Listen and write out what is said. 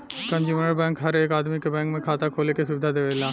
consumer bank हर एक आदमी के बैंक में खाता खोले के सुविधा देवेला